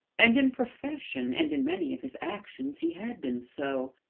and in profession and in many of his actions he had been so,